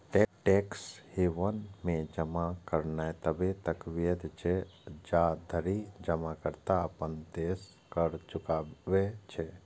tax haven मे जमा करनाय तबे तक वैध छै, जाधरि जमाकर्ता अपन देशक कर चुकबै छै